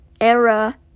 era